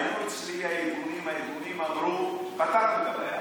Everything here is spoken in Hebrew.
היו אצלי הארגונים והאיגודים ואמרו: פתרנו את הבעיה.